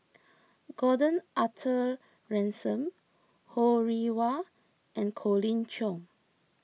Gordon Arthur Ransome Ho Rih Hwa and Colin Cheong